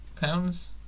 pounds